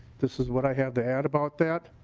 this is what i have to add about that.